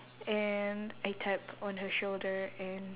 and I tapped on her shoulder and